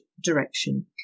direction